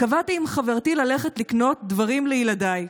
קבעתי עם חברתי ללכת לקנות דברים לילדיי.